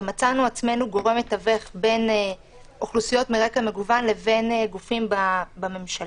ומצאנו עצמנו גורם מתווך בין אוכלוסיות מרקע מגוון לבין גופים בממשלה.